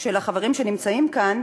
של החברים שנמצאים כאן: